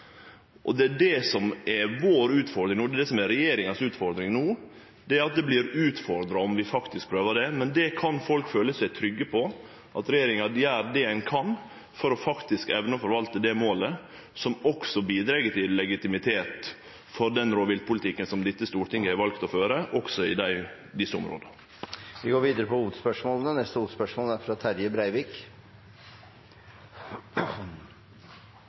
Det er det som er utfordringa vår no. Det som er regjeringas utfordring no, er at det vert utfordra om vi faktisk klarer det, men folk kan føle seg trygge på at regjeringa gjer det dei kan for å evne å forvalte det målet, som også bidreg til legitimitet for den rovviltpolitikken dette Stortinget har valt å føre, også i desse områda. Vi går videre til neste